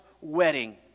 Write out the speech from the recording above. wedding